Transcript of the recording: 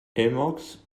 emacs